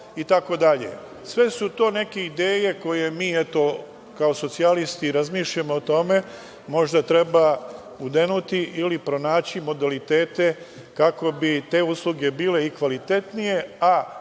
itd. Sve su to neke ideje o kojima mi, kao socijalisti, razmišljamo o tome. Možda treba pronaći modalitete kako bi te usluge bile kvalitetnije,